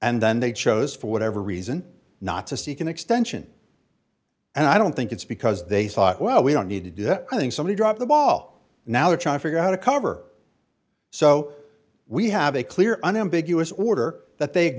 and then they chose for whatever reason not to seek an extension and i don't think it's because they thought well we don't need to do something somebody dropped the ball now they're trying to figure out a cover so we have a clear unambiguous order that